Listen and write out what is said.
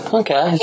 okay